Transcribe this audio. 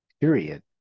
period